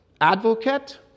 Advocate